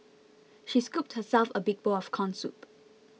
she scooped herself a big bowl of Corn Soup